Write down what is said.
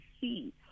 see